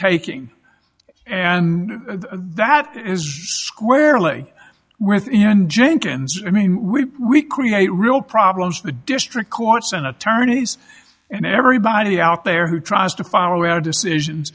taking and that is squarely within jenkins i mean we we create real problems in the district courts and attorneys and everybody out there who tries to follow our decisions